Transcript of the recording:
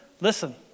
listen